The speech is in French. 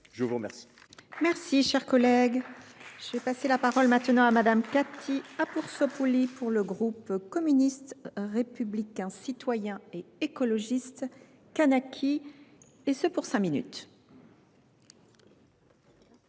de vous remercier.